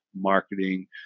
marketing